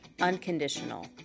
unconditional